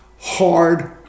hard